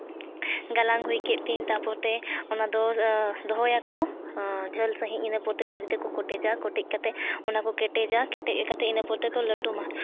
ᱜᱟᱞᱟᱝ ᱦᱩᱭ ᱠᱮᱫ ᱛᱤᱧ ᱛᱟᱨᱯᱚᱛᱮ ᱚᱱᱟᱫᱚ ᱫᱚᱦᱚᱭᱟᱠᱚ ᱡᱷᱟᱹᱞ ᱥᱟᱹᱦᱤᱡ ᱤᱱᱟᱹ ᱯᱚᱨᱮᱛᱮ ᱫᱷᱤᱨᱤ ᱛᱮᱠᱚ ᱠᱚᱴᱮᱡᱟ ᱠᱚᱴᱮᱡ ᱠᱟᱛᱮᱫ ᱚᱱᱟ ᱠᱚ ᱠᱮᱴᱮᱡᱟ ᱠᱮᱴᱮᱡ ᱠᱟᱛᱮᱫ ᱤᱱᱟᱹ ᱯᱚᱨᱮ ᱛᱮᱠᱚ ᱞᱟᱹᱴᱩᱢᱟ